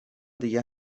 دیگه